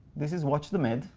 this is watch the med,